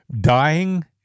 dying